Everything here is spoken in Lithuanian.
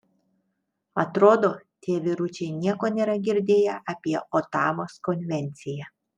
atrodo tie vyručiai nieko nėra girdėję apie otavos konvenciją